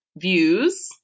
views